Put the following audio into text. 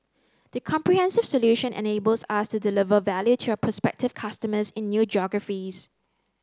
the comprehensive solution enables us to deliver value to our prospective customers in new geographies